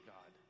God